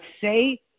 say